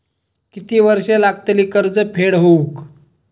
किती वर्षे लागतली कर्ज फेड होऊक?